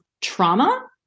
trauma